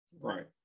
Right